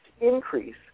increase